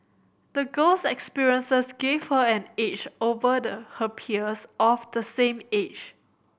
the girl's experiences gave her an edge over the her peers of the same age